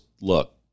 look